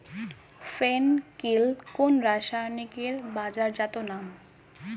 ফেন কিল কোন রাসায়নিকের বাজারজাত নাম?